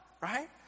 right